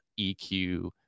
EQ